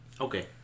Okay